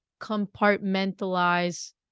compartmentalize